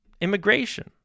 Immigration